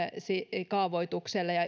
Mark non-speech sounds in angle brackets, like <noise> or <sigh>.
kaavoitukselle ja <unintelligible>